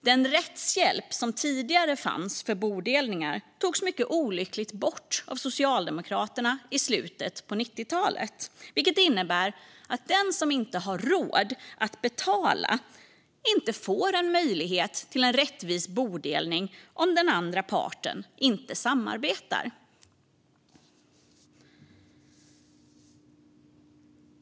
Den rättshjälp som tidigare fanns för bodelningar togs mycket olyckligt bort av Socialdemokraterna i slutet av 90-talet, vilket innebär att den som inte har råd att betala inte får möjlighet till en rättvis bodelning om den andra parten inte samarbetar.